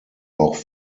auch